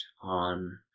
on